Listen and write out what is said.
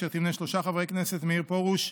אשר תמנה שלושה חברי כנסת: מאיר פרוש,